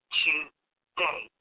today